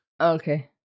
okay